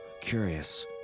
curious